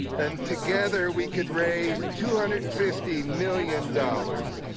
and together we could raise two hundred and fifty million dollars.